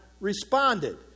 responded